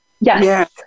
Yes